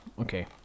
Okay